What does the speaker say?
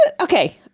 okay